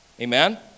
Amen